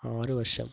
ആറ് വർഷം